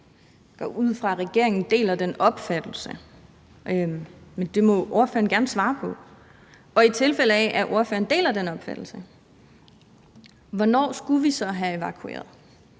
Jeg går ud fra, at regeringen deler den opfattelse, men det må ordføreren gerne svare på, og i tilfælde af at ordføreren deler den opfattelse, hvornår skulle vi så have evakueret?